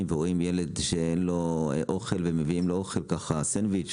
ורואים ילד שאין לו אוכל ומביאים לו אוכל ככה סנדוויץ',